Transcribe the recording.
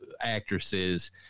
actresses